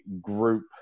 group